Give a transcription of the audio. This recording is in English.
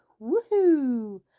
Woohoo